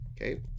okay